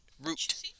Root